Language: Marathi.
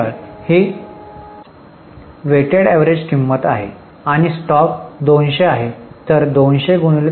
44 ही वेटेड अवरेज किंमत आहे आणि स्टॉक २०० आहे